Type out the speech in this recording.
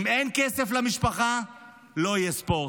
אם אין כסף למשפחה לא יהיה ספורט.